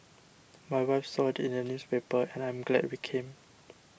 my wife saw it in the newspaper and I'm glad we came